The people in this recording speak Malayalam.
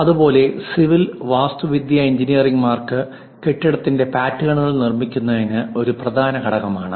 അതുപോലെ സിവിൽ വാസ്തുവിദ്യാ എഞ്ചിനീയർമാർക്ക് കെട്ടിടത്തിന്റെ പാറ്റേണുകൾ നിർമ്മിക്കുന്നത് ഒരു പ്രധാന ഘടകമാണ്